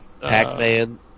Pac-Man